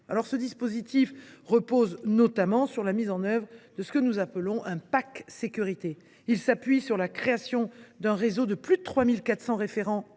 Le dispositif repose notamment sur la mise en œuvre d’un « pack sécurité ». Il s’appuie sur la création d’un réseau de plus de 3 400 référents